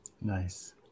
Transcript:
Nice